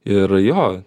ir jo